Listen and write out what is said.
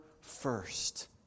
first